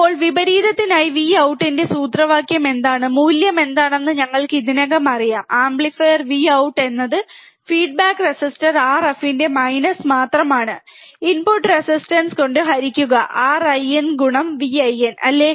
ഇപ്പോൾ വിപരീതത്തിനായി V out ട്ടിന്റെ സൂത്രവാക്യം എന്താണ് മൂല്യം എന്താണെന്ന് ഞങ്ങൾക്ക് ഇതിനകം അറിയാംആംപ്ലിഫയർ Vout എന്നത് ഫീഡ്ബാക്ക് റെസിസ്റ്റർ Rf ൻറെ മൈനസ് മാത്രമാണ് ഇൻപുട്ട് റെസിസ്റ്റൻസ് കൊണ്ട് ഹരിക്കുക Rin Vin അല്ലേ